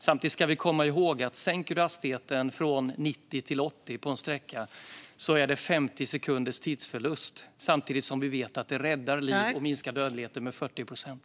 Samtidigt ska vi komma ihåg att sänker man hastigheten från 90 till 80 på en sträcka är det 50 sekunders tidsförlust, samtidigt som det räddar liv och minskar dödligheten med 40 procent.